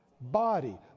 body